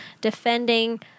defending